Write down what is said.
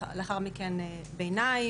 לאחר מכן ביניים,